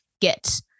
get